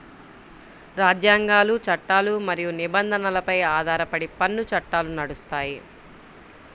రాజ్యాంగాలు, చట్టాలు మరియు నిబంధనలపై ఆధారపడి పన్ను చట్టాలు నడుస్తాయి